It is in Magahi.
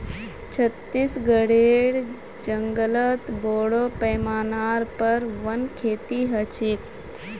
छत्तीसगढेर जंगलत बोरो पैमानार पर वन खेती ह छेक